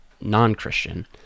non-christian